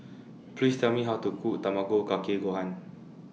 Please Tell Me How to Cook Tamago Kake Gohan